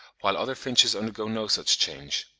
while other finches undergo no such change.